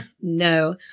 No